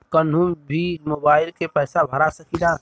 कन्हू भी मोबाइल के पैसा भरा सकीला?